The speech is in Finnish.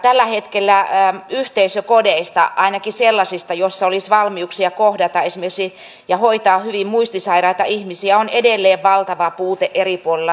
tällä hetkellä yhteisökodeista ainakin sellaisista joissa olisi valmiuksia esimerkiksi kohdata ja hoitaa hyvin muistisairaita ihmisiä on edelleen valtava puute eri puolilla suomea